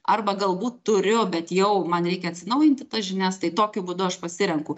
arba galbūt turiu bet jau man reikia atsinaujinti tas žinias tai tokiu būdu aš pasirenku